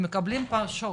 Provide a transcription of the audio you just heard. הם מקבלים שם שוק,